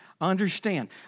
Understand